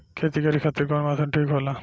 खेती करे खातिर कौन मौसम ठीक होला?